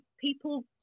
people